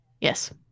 Yes